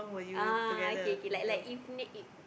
ah K K like like evening eve~